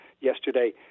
yesterday